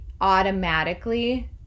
automatically